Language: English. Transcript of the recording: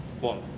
One